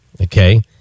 okay